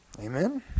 Amen